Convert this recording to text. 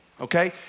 Okay